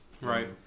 Right